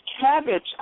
cabbage